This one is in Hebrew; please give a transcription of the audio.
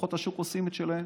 כוחות השוק עושים את שלהם.